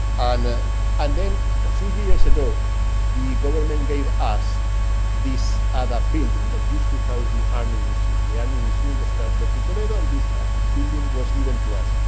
ah and then, a few years ago, the government gave us this other building that used to house the army museum. the army museum was transferred to toledo and this building was given to us.